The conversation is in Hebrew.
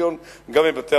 בראשון-לציון וגם בבתי-המלון.